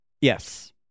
Yes